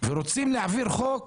ורוצים להעביר חוק